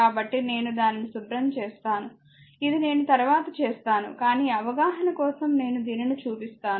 కాబట్టి నేను దానిని శుభ్రం చేస్తాను ఇది నేను తరువాత చేస్తాను కాని అవగాహన కోసం నేను దీనిని చూపిస్తాను